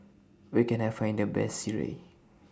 Where Can I Find The Best Sireh